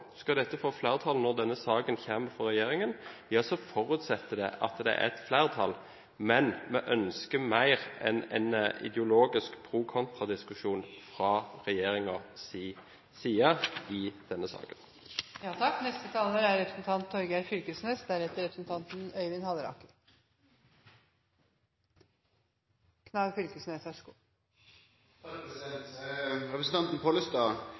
Skal dette få flertall når denne saken kommer fra regjeringen, forutsetter det at det er et flertall, men vi ønsker mer en ideologisk pro/kontra-diskusjon fra regjeringens side i denne saken. Representanten Pollestads standpunkt er